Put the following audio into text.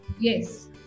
Yes